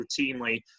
routinely